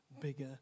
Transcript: bigger